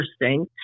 interesting